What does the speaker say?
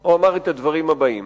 את הדברים הבאים: